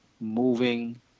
moving